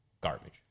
garbage